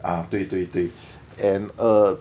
ah 对对对 and err